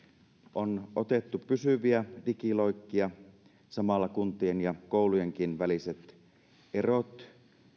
on otettu pysyviä digiloikkia ja samalla kuntien ja koulujenkin väliset erot